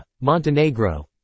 montenegro